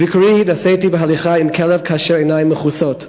בביקורי התנסיתי בהליכה עם כלב כאשר עיני מכוסות.